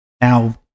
Now